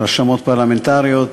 רשמות פרלמנטריות,